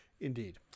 Indeed